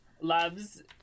loves